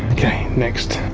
okay, next.